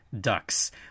ducks